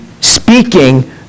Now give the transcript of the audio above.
speaking